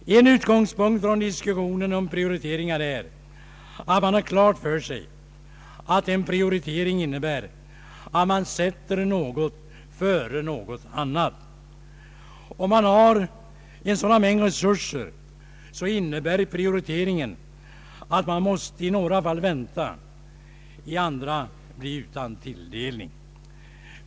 En utgångspunkt för diskussionen om prioriteringar är att man har klart för sig att en prioritering innebär att man sätter något före något annat. Om man har begränsade resurser innebär prioriteringen att man i några fall måste vänta, i andra bli utan tilldelning.